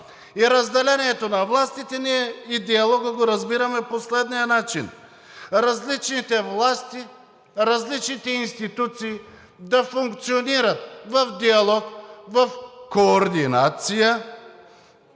И разделението на властите, и диалога ние го разбираме по следния начин. Различните власти, различните институции да функционират в диалог, в координация